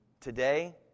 Today